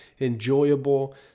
enjoyable